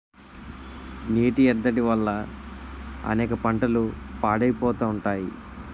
నీటి ఎద్దడి వల్ల అనేక పంటలు పాడైపోతా ఉంటాయి